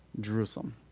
Jerusalem